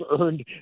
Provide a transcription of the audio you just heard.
earned